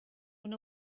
una